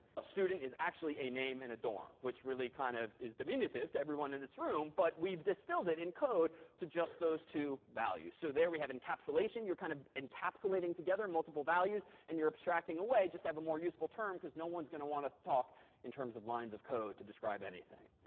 a student is actually a name in a dorm, which really kind of is diminutive to everyone in this room, but we've distilled it in code to just those two values. so there we have encapsulation. you're kind of encapsulating together multiple values. and you're abstracting away just have a more useful term because no one is going to want to talk in terms of lines of code to describe anything.